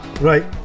Right